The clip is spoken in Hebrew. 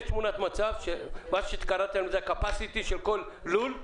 של ה-capacity של כל לול,